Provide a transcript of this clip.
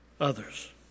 others